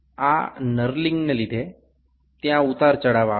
এই নার্লিং করার কারণে তাই এখানে উঁচু নিচু হয়ে রয়েছে